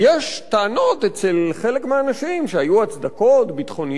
יש טענות אצל חלק מהאנשים שהיו הצדקות ביטחוניות,